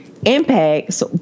Impacts